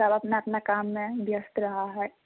सब अपना अपना काम मे व्यस्त रहऽ है